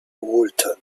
woolton